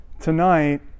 Tonight